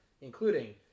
including